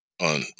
on